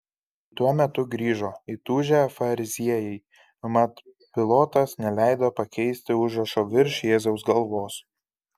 tuo metu grįžo įtūžę fariziejai mat pilotas neleido pakeisti užrašo virš jėzaus galvos